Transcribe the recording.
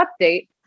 update